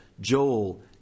Joel